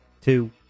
two